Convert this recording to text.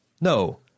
No